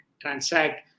transact